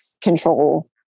control